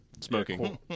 Smoking